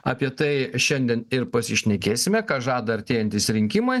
apie tai šiandien ir pasišnekėsime ką žada artėjantys rinkimai